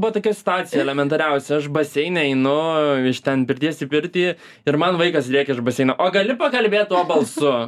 buvo tokia situacija elementariausia aš baseine einu iš ten pirties į pirtį ir man vaikas rėkia iš baseino o gali pakalbėt tuo balsu